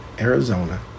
Arizona